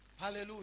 Hallelujah